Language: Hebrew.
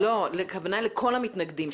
הכוונה היא לכל המתנגדים,